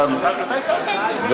1747,